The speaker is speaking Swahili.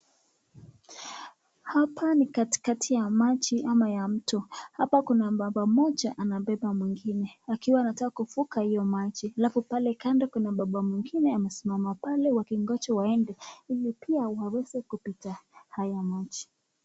Hapa ni katikati ya maji ama ya mto. Hapa kuna baba mmoja anabeba mwingine akiwa anataka kuvuka hiyo maji, alafu pale kando kuna baba mwingine amesimama pale wakingoja waende ili pia waeze kupita ili maji.